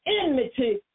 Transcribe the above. enmity